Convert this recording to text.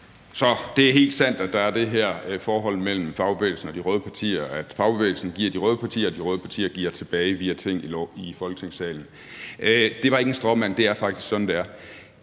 Så det er helt sandt, at der er det her forhold mellem fagbevægelsen og de røde partier, at fagbevægelsen giver til de røde partier, og at de røde partier giver tilbage via ting i Folketingssalen. Det var ikke en stråmand, men det er faktisk sådan, det er.